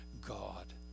God